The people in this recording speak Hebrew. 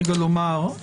רגע לומר,